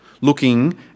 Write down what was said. looking